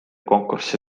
konkursi